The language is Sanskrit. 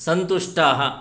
सन्तुष्टाः